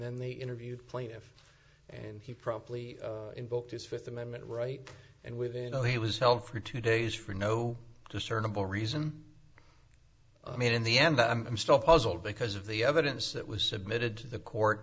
then they interviewed plaintiff and he promptly invoked his fifth amendment right and with you know he was held for two days for no discernible reason i mean in the end i'm still puzzled because of the evidence that was submitted to the court